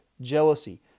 jealousy